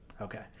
Okay